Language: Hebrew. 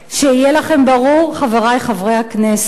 שיהיה לכם ברור, חברי חברי הכנסת,